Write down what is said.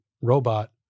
robot